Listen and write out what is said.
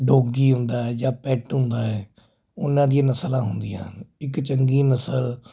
doggy ਹੁੰਦਾ ਹੈ ਜਾਂ ਪੈੱਟ ਹੁੰਦਾ ਉਹਨਾਂ ਦੀਆਂ ਨਸਲਾਂ ਹੁੰਦੀਆਂ ਇੱਕ ਚੰਗੀ ਨਸਲ